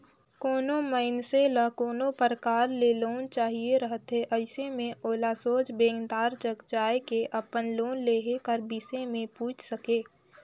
कोनो मइनसे ल कोनो परकार ले लोन चाहिए रहथे अइसे में ओला सोझ बेंकदार जग जाए के अपन लोन लेहे कर बिसे में पूइछ सके